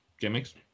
gimmicks